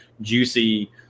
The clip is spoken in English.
juicy